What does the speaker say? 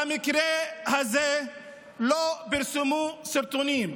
ובמקרה הזה לא פרסמו סרטונים.